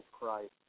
Christ